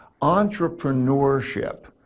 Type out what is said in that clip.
entrepreneurship